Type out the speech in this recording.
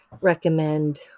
Recommend